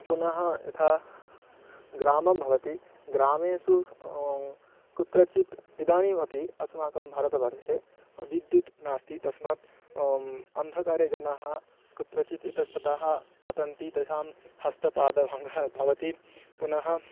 पुनः यथा ग्रामं भवति ग्रामेषु स् कुत्रचित् इदानीमपि अस्माकं भारतवर्षे विद्युत् नास्ति तस्मात् अन्धःकारे जनाः कुत्रचित् इतस्ततः पतन्ति तेषां हस्तपादभङ्गः भवति पुनः